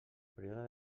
període